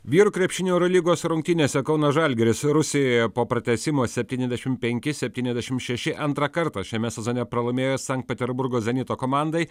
vyrų krepšinio eurolygos rungtynėse kauno žalgiris rusijoje po pratęsimo septyniasdešim penki septyniasdešim šeši antrą kartą šiame sezone pralaimėjo sankt peterburgo zenito komandai